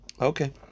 Okay